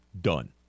done